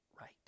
right